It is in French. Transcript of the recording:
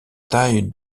taille